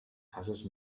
cases